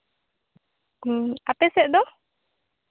ᱦᱩᱸ ᱟᱯᱮ ᱥᱮᱫ ᱫᱚ